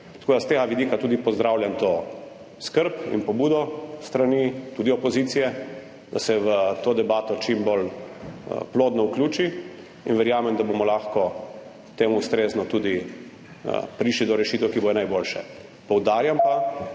Tako da s tega vidika tudi pozdravljam to skrb in pobudo s strani tudi opozicije, da se v to debato čim bolj plodno vključi. In verjamem, da bomo lahko temu ustrezno tudi prišli do rešitev, ki bodo najboljše. Poudarjam pa,